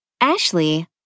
Ashley